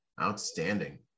Outstanding